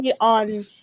on